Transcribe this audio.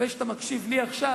הלוואי שאתה מקשיב לי עכשיו,